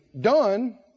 done